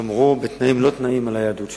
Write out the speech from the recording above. שמרו בתנאים-לא-תנאים על היהדות שלהם,